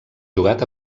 jugat